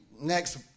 next